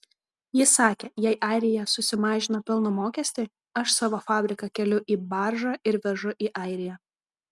jis sakė jei airija susimažina pelno mokestį aš savo fabriką keliu į baržą ir vežu į airiją